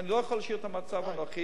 כי אני לא יכול להשאיר את המצב הנוכחי.